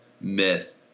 myth